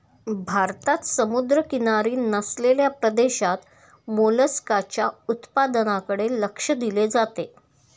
भारतात समुद्रकिनारी नसलेल्या प्रदेशात मोलस्काच्या उत्पादनाकडे लक्ष दिले जाते